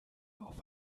auf